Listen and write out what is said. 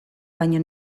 baina